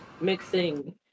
mixing